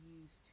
use